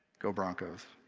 go broncos!